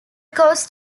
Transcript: coast